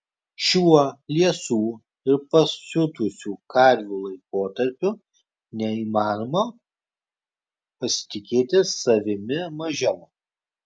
šiuo liesų ir pasiutusių karvių laikotarpiu neįmanoma pasitikėti savimi mažiau